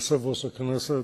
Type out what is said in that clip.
יושב-ראש הכנסת,